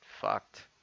fucked